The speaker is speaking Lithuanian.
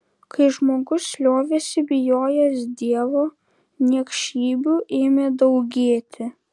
kai žmogus liovėsi bijojęs dievo niekšybių ėmė daugėti